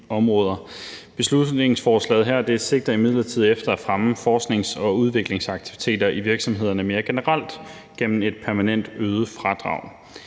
Beslutningsforslaget her sigter imidlertid efter at fremme forsknings- og udviklingsaktiviteter i virksomhederne mere generelt gennem et permanent øget fradrag.